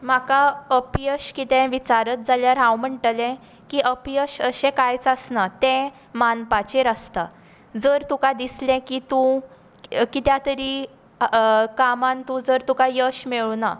म्हाका अपयश म्हळ्यार कितें विचारीत जाल्यार हांव म्हणटलें की अपयश अशें कांयच आसना तें मानपाचेर आसता जर तुका दिसलें की तूं किद्याक तरी कामान जर तूं तुका यश मेळूना